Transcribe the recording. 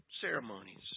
ceremonies